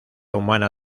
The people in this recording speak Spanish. humana